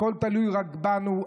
הכול תלוי רק בנו,